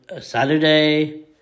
Saturday